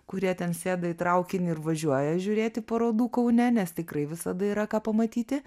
kurie ten sėda į traukinį ir važiuoja žiūrėti parodų kaune nes tikrai visada yra ką pamatyti